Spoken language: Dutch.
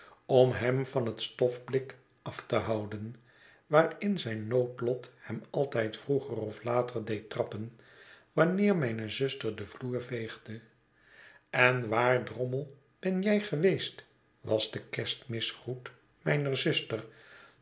om hem van het stofblik af te houden waarin zijn noodlot hem altijd vroeger of later deed trappen wanneer mijne zuster den vloer veegde en waar drommel ben jij geweest was de kerstmisgroet mijner zuster